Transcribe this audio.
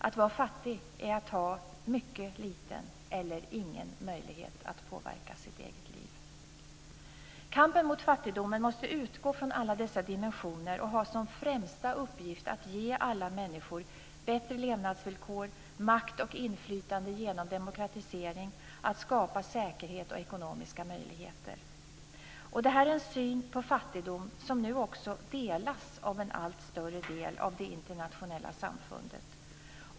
Att vara fattig är att ha mycket liten eller ingen möjlighet att påverka sitt eget liv. Kampen mot fattigdomen måste utgå från alla dessa dimensioner och ha som främsta uppgift att ge alla människor bättre levnadsvillkor samt makt och inflytande genom demokratisering och att skapa säkerhet och ekonomiska möjligheter. Det här är en syn på fattigdom som nu också delas av en allt större del av det internationella samfundet.